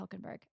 hulkenberg